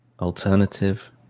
Alternative